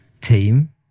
team